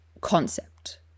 concept